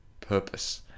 purpose